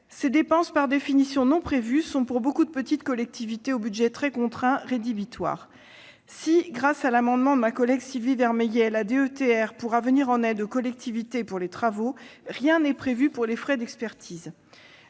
Ces dépenses, par définition non prévues, sont rédhibitoires pour beaucoup de petites collectivités au budget très contraint. Si, grâce à l'adoption de l'amendement de ma collègue Sylvie Vermeillet, la DETR doit pouvoir venir en aide aux collectivités pour les travaux, rien n'est prévu pour les frais d'expertise.